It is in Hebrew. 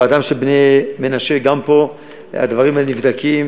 הבאתם של בני מנשה, גם פה הדברים האלה נבדקים.